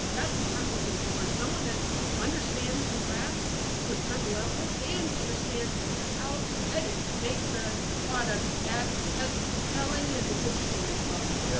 that's what i'm looking for, someone that understands the craft to a certain level, and understands how to edit. to make the the product as compelling and as interesting as possible.